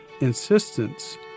insistence